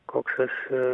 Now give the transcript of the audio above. koks esi